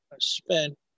spent